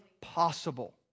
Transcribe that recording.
possible